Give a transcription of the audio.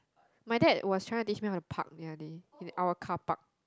my dad was trying teach me how to park nearly in our car park